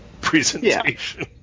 presentation